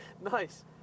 Nice